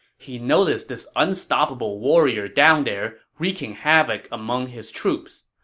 he noticed this unstoppable warrior down there, wreaking havoc among his troops.